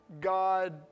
God